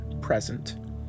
present